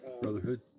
Brotherhood